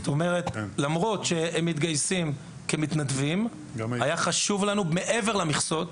למרות שהם מתגייסים כמתנדבים היה חשוב לנו מעבר למכסות,